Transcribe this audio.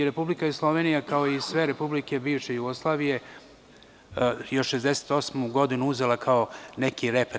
Republika Slovenija, kao i sve republike bivše Jugoslavije, još 1968. godinu je uzela kao neki reper.